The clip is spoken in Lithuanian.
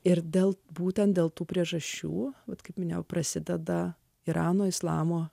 ir dėl būtent dėl tų priežasčių bet kaip minėjau prasideda irano islamo